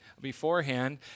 beforehand